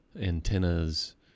antennas